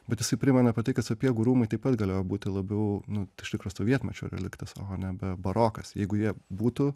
bet jisai primena apie tai kad sapiegų rūmai taip pat galėjo būti labiau nu iš tikro sovietmečio reliktas o nebe barokas jeigu jie būtų